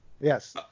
Yes